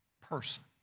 person